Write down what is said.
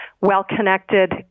well-connected